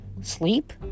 sleep